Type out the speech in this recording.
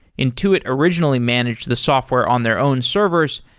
intuit originally managed the software on their own servers.